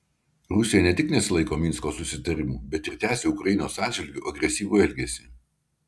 rusija ne tik nesilaiko minsko susitarimų bet ir tęsia ukrainos atžvilgiu agresyvų elgesį